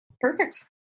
Perfect